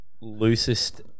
loosest